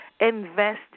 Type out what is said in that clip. Invest